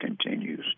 continues